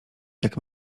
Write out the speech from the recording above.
jak